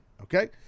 Okay